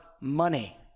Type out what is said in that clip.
money